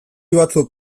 batzuk